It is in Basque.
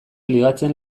ligatzen